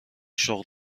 شغل